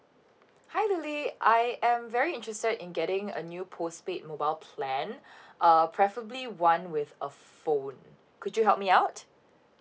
hi lily I am very interested in getting a new postpaid mobile plan uh preferably one with a phone could you help me out